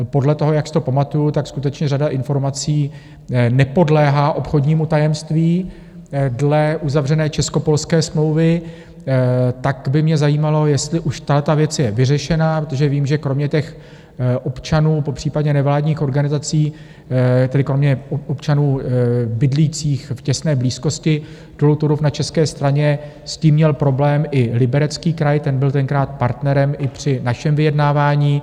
Podle toho, jak si to pamatuju, skutečně řada informací nepodléhá obchodnímu tajemství dle uzavřené českopolské smlouvy, tak by mě zajímalo, jestli už tahleta věc je vyřešená, protože vím, že kromě těch občanů, popřípadě nevládních organizací, tedy kromě občanů bydlících v těsné blízkosti dolu Turów na české straně, s tím měl problém i Liberecký kraj, ten byl tenkrát partnerem i při našem vyjednávání.